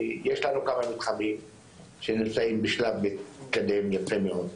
יש לנו כמה מתחמים שנמצאים בשלב מתקדם יפה מאוד,